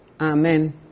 Amen